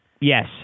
Yes